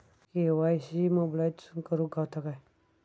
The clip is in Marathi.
के.वाय.सी मोबाईलातसून करुक गावता काय?